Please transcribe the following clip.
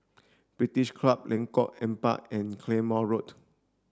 British Club Lengkok Empat and Claymore Road